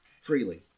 freely